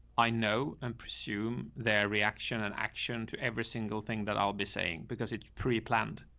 i know and pursue their reaction and action to every single thing that i'll be saying because it preplanned.